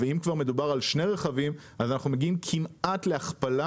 ואם מדובר על שני רכבים אנחנו מגיעים כמעט להכפלה